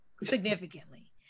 significantly